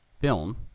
film